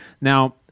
Now